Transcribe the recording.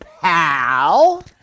pal